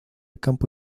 campo